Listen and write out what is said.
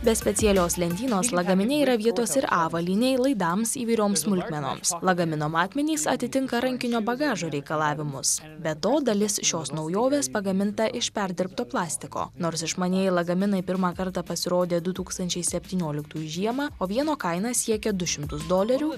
be specialios lentynos lagamine yra vietos ir avalynei laidams įvairioms smulkmenoms lagamino matmenys atitinka rankinio bagažo reikalavimus be to dalis šios naujovės pagaminta iš perdirbto plastiko nors išmanieji lagaminai pirmą kartą pasirodė du tūkstančiai septynioliktųjų žiemą o vieno kaina siekė du šimtus dolerių